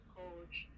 coach